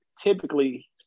typically